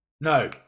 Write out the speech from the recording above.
no